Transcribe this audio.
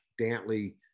Dantley